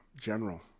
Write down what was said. general